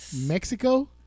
Mexico